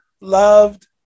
loved